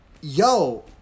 yo